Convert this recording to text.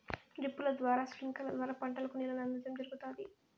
డ్రిప్పుల ద్వారా స్ప్రింక్లర్ల ద్వారా పంటలకు నీళ్ళను అందించడం జరుగుతాది